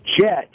jet